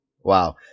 wow